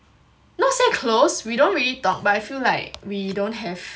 not say close we don't really talk but like feel like we don't have